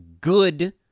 good